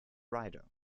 rider